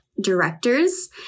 directors